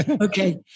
Okay